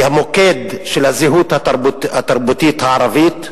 היא המוקד של הזהות התרבותית הערבית.